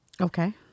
Okay